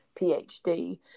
PhD